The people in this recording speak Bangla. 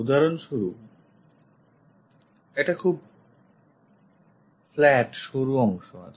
উদাহরণস্বরূপ একটা খুব flat সরুঅংশ আছে